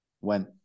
went